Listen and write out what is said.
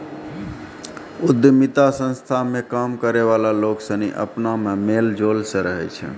उद्यमिता संस्था मे काम करै वाला लोग सनी अपना मे मेल जोल से रहै छै